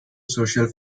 social